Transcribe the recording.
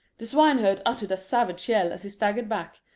the swineherd uttered a savage yell as he staggered back,